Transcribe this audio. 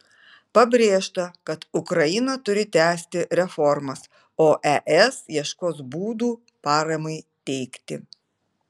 pabrėžta kad ukraina turi tęsti reformas o es ieškos būdų paramai teikti